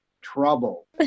Trouble